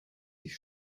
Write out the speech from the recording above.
sich